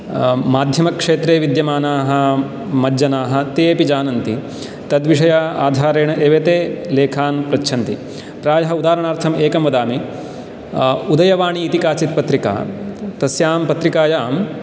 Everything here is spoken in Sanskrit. माध्यमक्षेत्रे विद्यमानाः मज्जनाः ते अपि जानन्ति तद्विषय आधारेण एव ते लेखान् पृच्छन्ति प्रायः उदाहरणार्थम् एकं वदामि उदयवाणी इति काचित् पत्रिका तस्यां पत्रिकायां